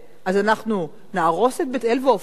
אז אנחנו נהרוס את בית-אל ועופרה?